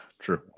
true